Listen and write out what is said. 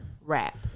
rap